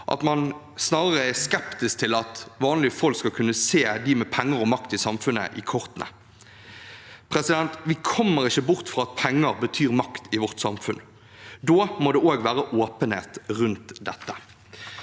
at man snarere er skeptisk til at vanlige folk skal kunne se de med penger og makt i samfunnet i kortene. Vi kommer ikke bort fra at penger betyr makt i vårt samfunn. Da må det også være åpenhet rundt dette.